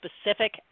specific